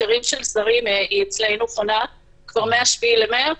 ועדת ההיתרים חונה אצלנו כבר מ-7 במרץ.